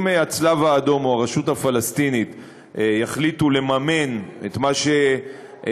אם הצלב האדום או הרשות הפלסטינית יחליטו לממן את מה שהם,